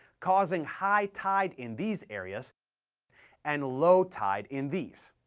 causing high tide in these areas and low tide in these.